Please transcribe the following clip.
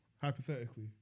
hypothetically